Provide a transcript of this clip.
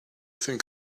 think